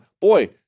boy